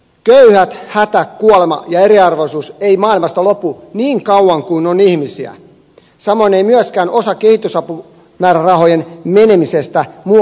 köyhät hätä kuolema ja eriarvoisuus eivät maailmasta lopu niin kauan kuin on ihmisiä samoin ei myöskään osan kehitysapumäärärahoista meneminen muualle kuin ne on tarkoitettu